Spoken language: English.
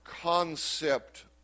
concept